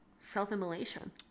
Self-immolation